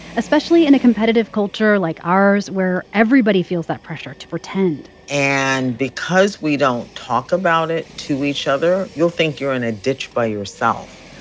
especially in a competitive culture like ours, where everybody feels that pressure to pretend and because we don't talk about it to each other, you'll think you're in a ditch by yourself.